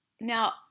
Now